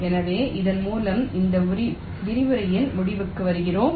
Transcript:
எனவே இதன் மூலம் இந்த விரிவுரையின் முடிவுக்கு வருகிறோம்